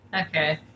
Okay